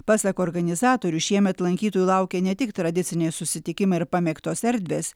pasak organizatorių šiemet lankytojų laukia ne tik tradiciniai susitikimai ir pamėgtos erdvės